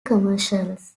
commercials